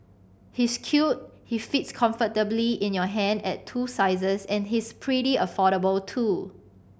he's cute he fits comfortably in your hand at two sizes and he's pretty affordable too